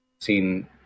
seen